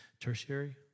Tertiary